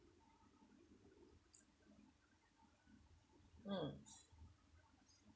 mm